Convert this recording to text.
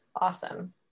awesome